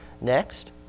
next